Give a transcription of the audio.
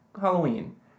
Halloween